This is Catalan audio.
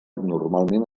normalment